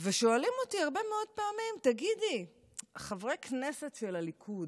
ושואלים אותי הרבה מאוד פעמים: חברי כנסת של הליכוד,